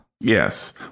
Yes